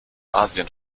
asien